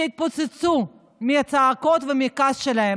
שיתפוצצו מהצעקות ומהכעס שלהם.